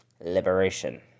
Liberation